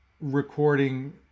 recording